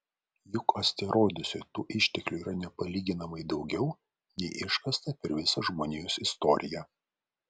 juk asteroiduose tų išteklių yra nepalyginamai daugiau nei iškasta per visą žmonijos istoriją